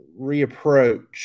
reapproach